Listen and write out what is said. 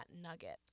nugget